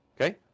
Okay